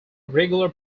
regular